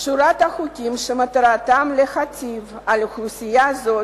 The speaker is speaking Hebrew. שורת חוקים שמטרתם להיטיב עם אוכלוסייה זו